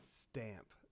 stamp